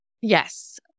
yes